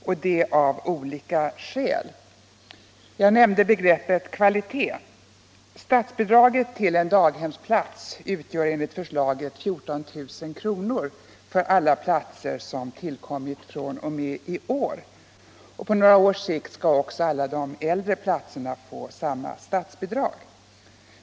och det av olika skäl. Jag nämnde begreppet kvalitet. Statsbidraget till en daghemsplats utgör enligt förslaget 14 000 kr. för alla platser som tillkommit fr.o.m. i år. Inom några år skall också alla de äldre platserna få samma statsbidrag.